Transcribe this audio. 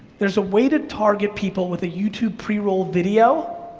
there's a way to target people with a youtube pre-roll video,